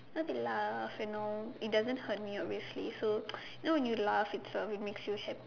you know they laugh and all it doesn't hurt me obviously so you know when you laugh it's uh it makes you hap~